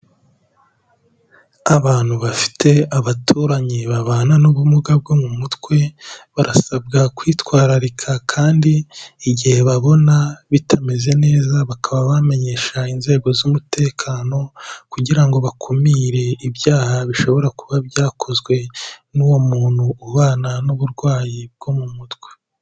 Abantu bafite abaturanyi babana n'ubumuga bwo mu mutwe, barasabwa kwitwararika kandi igihe babona bitameze neza bakaba bamenyesha inzego z'umutekano kugira ngo bakumire ibyaha bishobora kuba byakozwe n'uwo muntu ubana n'uburwayi bwo mu mutwe.